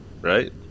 right